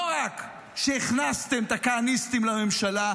לא רק שהכנסתם את הכהניסטים לממשלה,